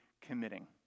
committing